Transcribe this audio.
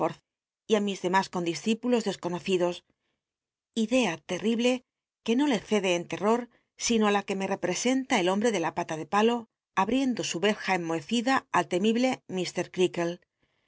y ú mis lemas condiscipn los desconocidos idea terrible que no le cede en terror sino la que me representa el hombre de la pata de palo abriendo su yetja enmohecida al temible